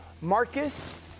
Marcus